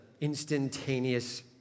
instantaneous